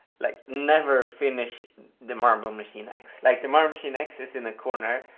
like, never finish the marble machine x. like, the marble machine x is in the corner.